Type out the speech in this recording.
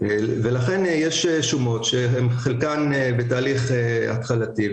יש שומות שנמצאות בתהליך התחלתי,